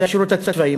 זה השירות הצבאי.